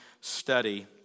study